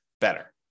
better